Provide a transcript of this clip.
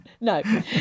No